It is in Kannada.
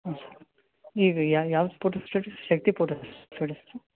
ಹಾಂ ಈಗ ಯಾವ photo studio Shakti photo studio ಸ